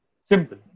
Simple